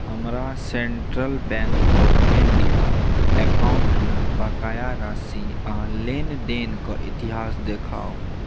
हमरा Central Bank of India अकाउंटमे बकाया राशि आ लेनदेन कऽ इतिहास देखाउ